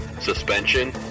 suspension